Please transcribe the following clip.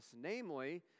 namely